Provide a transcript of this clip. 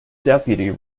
deputy